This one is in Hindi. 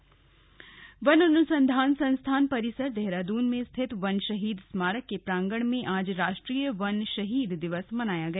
वन शहीद दिवस वन अनुसंधान संस्थान परिसर देहरादून में स्थित वन शहीद स्मारक के प्रांगण में आज राष्ट्रीय वन शहीद दिवस मनाया गया